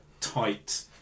tight